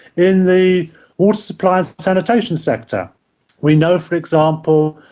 in the water supply and sanitation sector we know, for example,